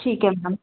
ठीक है मैम